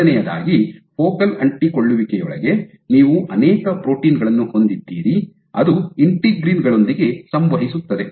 ಮೊದಲನೆಯದಾಗಿ ಫೋಕಲ್ ಅಂಟಿಕೊಳ್ಳುವಿಕೆಯೊಳಗೆ ನೀವು ಅನೇಕ ಪ್ರೋಟೀನ್ ಗಳನ್ನು ಹೊಂದಿದ್ದೀರಿ ಅದು ಇಂಟಿಗ್ರಿನ್ ಗಳೊಂದಿಗೆ ಸಂವಹಿಸುತ್ತದೆ